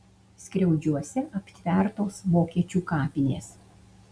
skriaudžiuose aptvertos vokiečių kapinės